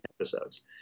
episodes